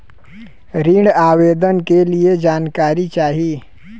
ऋण आवेदन के लिए जानकारी चाही?